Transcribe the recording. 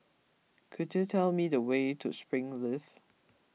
could you tell me the way to Springleaf